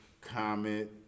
comment